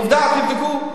עובדה, תבדקו.